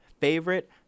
favorite